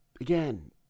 again